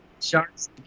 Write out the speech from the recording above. Sharks